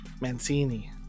Mancini